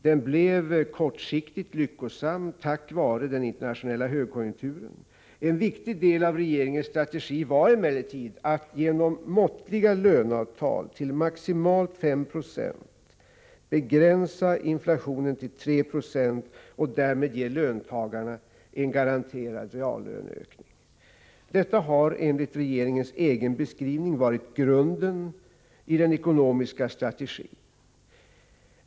Den blev kortsiktigt lyckosam tack vare den internationella högkonjunkturen. En viktig del i regeringens strategi var emellertid att genom måttliga löneavtal till maximalt 5 Jo begränsa inflationen till 3 Zo och därmed ge löntagarna en garanterad reallöneökning. Detta har enligt regeringens egen beskrivning varit grunden iden ekonomiska strategin.